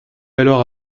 alors